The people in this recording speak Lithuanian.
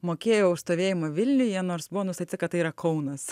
mokėjau už stovėjimą vilniuje nors buvo nustatyta kad tai yra kaunas